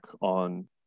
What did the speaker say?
on